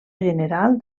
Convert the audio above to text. general